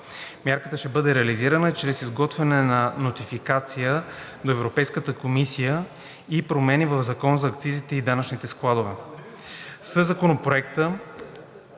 Мярката ще бъде реализирана чрез изготвяне на нотификация до Европейската комисия и промени в Закона за акцизите и данъчните складове.